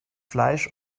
fleisch